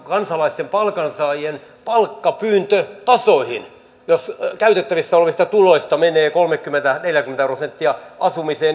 kansalaisten palkansaajien palkkapyyntötasoihin jos käytettävistä olevista tuloista menee kolmekymmentä viiva neljäkymmentä prosenttia asumiseen